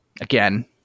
again